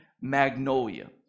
Magnolia